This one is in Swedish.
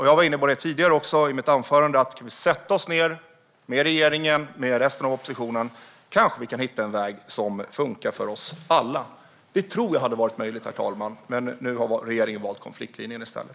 Jag var också tidigare i mitt anförande inne på att om vi hade kunnat sätta oss ned med regeringen och med resten av oppositionen kanske vi hade hittat en väg som funkar för oss alla. Det tror jag hade varit möjligt, herr talman. Men nu har regeringen valt konfliktlinjen i stället.